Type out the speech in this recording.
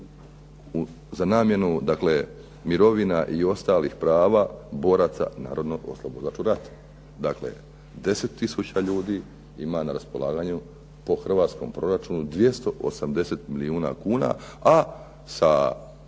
za namjenu dakle mirovina i ostalih prava boraca narodnooslobodilačkog rata. Dakle, 10 tisuća ljudi ima na raspolaganju po hrvatskom proračunu 280 milijuna kuna a sa